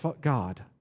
God